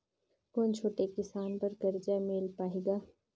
कौन छोटे किसान बर कर्जा मिल पाही ग?